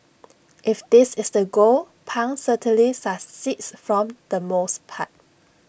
if this is the goal pang certainly succeeds from the most part